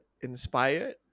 inspired